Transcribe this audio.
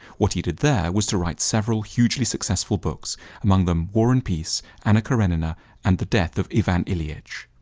what he did there was to write several hugely successful books among them war and pace, anna karenina and the death of ivan ilyich.